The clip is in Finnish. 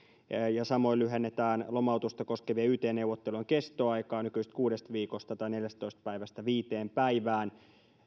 ja samoin lyhennetään lomautusta koskevien yt neuvottelujen kestoaikaa nykyisestä kuudesta viikosta tai neljästätoista päivästä viiteen päivään